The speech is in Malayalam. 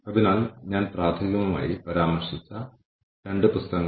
അതിനാൽ നിലനിർത്തൽ നിരക്കുകൾ കണക്കാക്കാം